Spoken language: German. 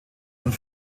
und